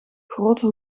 grote